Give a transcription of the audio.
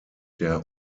der